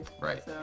Right